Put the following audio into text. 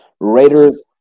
Raiders